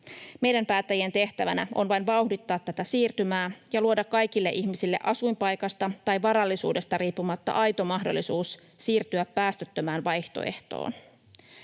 Meidän päättäjien tehtävänä on vain vauhdittaa tätä siirtymää ja luoda kaikille ihmisille asuinpaikasta tai varallisuudesta riippumatta aito mahdollisuus siirtyä päästöttömään vaihtoehtoon.